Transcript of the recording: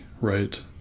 right